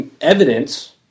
evidence